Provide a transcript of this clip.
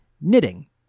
knitting